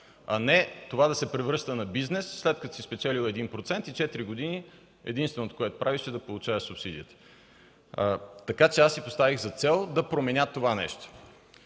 а не това да се превръща в бизнес – след като си спечелил 1%, четири години единственото, което правиш, е да получаваш субсидията. Поставих си за цел да променя това нещо.